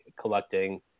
collecting